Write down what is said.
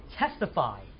testify